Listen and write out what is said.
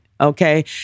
okay